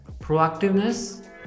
proactiveness